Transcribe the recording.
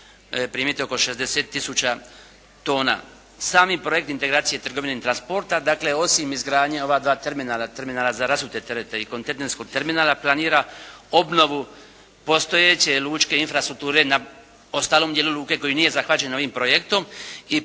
primiti oko 60 tisuća tona. Sami projekt integracije trgovine i transporta dakle osim izgradnje ova dva terminala, terminala za rasute terete i kontejnerskog terminala planira obnovu postojeće lučke infrastrukture na ostalom dijelu luke koji nije zahvaćen ovim projektom i